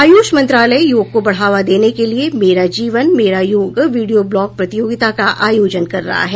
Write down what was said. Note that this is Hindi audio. आयुष मंत्रालय योग को बढ़ावा देने के लिये मेरा जीवन मेरा योग वीडियो ब्लॉग प्रतियोगिता का आयोजन कर रहा है